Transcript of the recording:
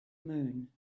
moon